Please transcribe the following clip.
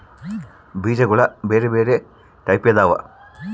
ಬೀಜಗುಳ ಬೆರೆ ಬೆರೆ ಟೈಪಿದವ